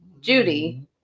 Judy